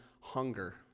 hunger